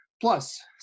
Plus